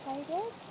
excited